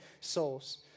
souls